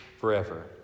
forever